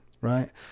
Right